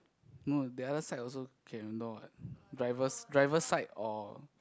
not the other side also can you know what drivers driver side or